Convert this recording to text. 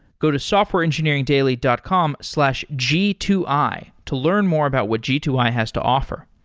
go to softwareengineeringdaily dot com slash g two i to learn more about what g two i has to offer.